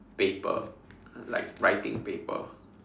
paper like writing paper